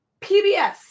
PBS